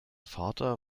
vater